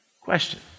Question